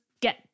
get